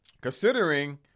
considering